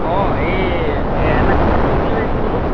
অঁ এই এটা কথা পাতিম বুলি ভাবিছিলোঁ বোলো